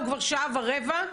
הוא כבר שעה ורבע.